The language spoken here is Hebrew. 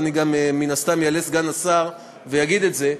מן הסתם יעלה סגן השר ויגיד את זה.